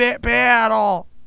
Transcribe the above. battle